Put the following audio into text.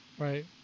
Right